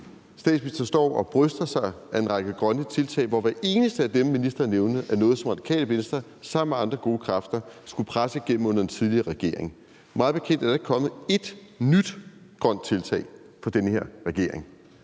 statsministeren står og bryster sig af en række grønne tiltag, når hvert eneste af dem, ministeren nævnede, er noget, som Radikale Venstre sammen med andre gode kræfter skulle presse igennem under den tidligere regering. Mig bekendt er der ikke kommet ét nyt grønt tiltag fra den her regering.